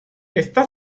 está